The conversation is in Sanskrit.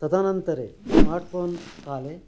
तदनन्तरे स्मार्ट् पोन् काले